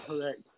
Correct